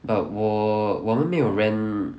err 我我们没有 rent